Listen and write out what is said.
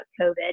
COVID